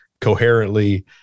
coherently